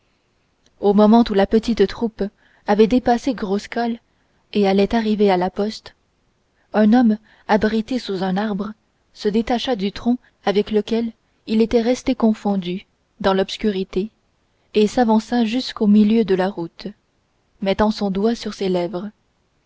au moment où la petite troupe avait dépassé goskal et allait arriver à la poste un homme abrité sous un arbre se détacha du tronc avec lequel il était resté confondu dans l'obscurité et s'avança jusqu'au milieu de la route mettant son doigt sur ses lèvres